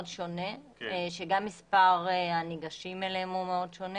שונה שגם מספר הניגשים אליהן הוא מאוד שונה.